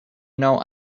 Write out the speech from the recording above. know